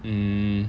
mm